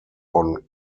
von